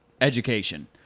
education